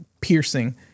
piercing